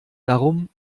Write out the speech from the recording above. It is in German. darum